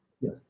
Yes